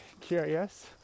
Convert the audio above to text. curious